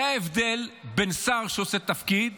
זה ההבדל בין שר שעושה תפקיד